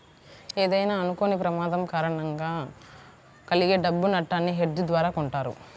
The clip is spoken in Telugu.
ఏదైనా అనుకోని ప్రమాదం కారణంగా కలిగే డబ్బు నట్టాన్ని హెడ్జ్ ద్వారా కొంటారు